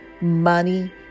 Money